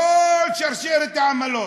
כל שרשרת העמלות.